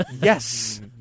Yes